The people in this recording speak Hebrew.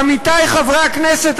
עמיתי חברי הכנסת,